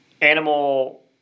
animal